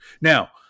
now